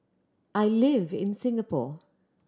I live in Singapore